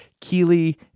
Keely